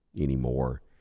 anymore